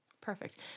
Perfect